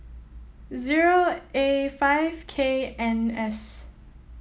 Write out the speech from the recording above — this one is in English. zero A five K N S